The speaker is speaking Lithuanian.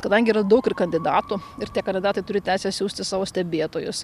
kadangi yra daug ir kandidatų ir tie kandidatai turi teisę siųsti savo stebėtojus